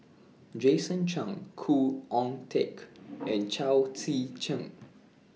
Jason Chan Khoo Oon Teik and Chao Tzee Cheng